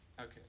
Okay